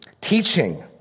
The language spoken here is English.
teaching